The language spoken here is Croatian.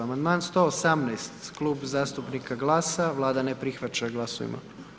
Amandman 118, Klub zastupnika GLAS-a, Vlada ne prihvaća, glasujmo.